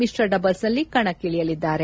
ಮಿಶ್ರ ಡಬಲ್ಸ್ನಲ್ಲಿ ಕಣಕ್ತಿಳಿಯಲಿದ್ದಾರೆ